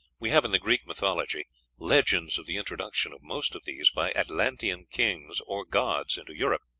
we have in the greek mythology legends of the introduction of most of these by atlantean kings or gods into europe